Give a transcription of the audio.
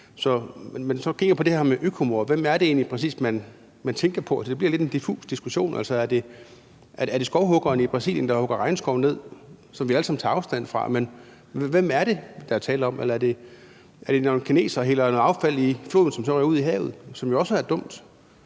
så kigger på det her med økomord, hvem er det egentlig præcis, man tænker på? Altså, det bliver lidt en diffus diskussion. Er det skovhuggeren i Brasilien, der hugger regnskov ned, som vi alle sammen tager afstand fra? Hvem er det, der er tale om? Er det, når en kineser hælder store portioner af affald ud i havet, som jo også er dumt?